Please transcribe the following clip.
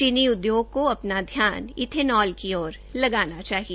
चीनी उयोग का अपना ध्यान इथेनॉल की ओर लगाना चाहिए